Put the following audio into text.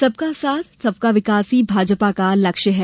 सबका साथ सबका विकास ही भाजपा का लक्ष्य है